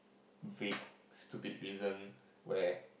vague stupid reason where